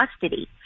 custody